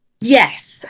Yes